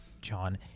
john